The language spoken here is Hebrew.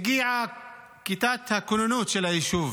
וכיתת הכוננות של היישוב